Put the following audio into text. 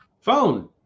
Phone